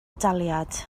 daliad